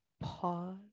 Pause